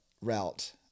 route